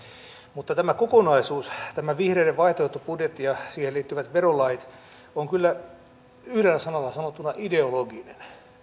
mutta tämä kokonaisuus tämä vihreiden vaihtoehtobudjetti ja siihen liittyvät verolait on kyllä yhdellä sanalla sanottuna ideologinen